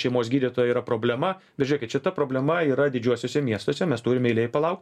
šeimos gydytoją yra problema bet žiūrėkit šita problema yra didžiuosiuose miestuose mes turim eilėj palaukt